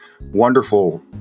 wonderful